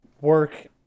work